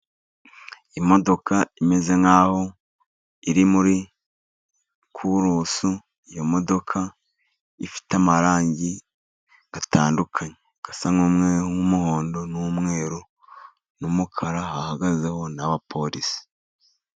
Imodoka imeze nkaho iri muri kurusu. Iyo modoka ifite amarangi atandukanye asa n'umweru, umuhondo, umweru n'umukara. Hahagazeho abaporisi.